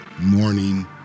morning